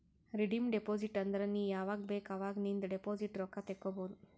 redeem deposit ಅಂದುರ್ ನೀ ಯಾವಾಗ್ ಬೇಕ್ ಅವಾಗ್ ನಿಂದ್ ಡೆಪೋಸಿಟ್ ರೊಕ್ಕಾ ತೇಕೊಬೋದು